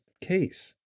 case